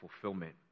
fulfillment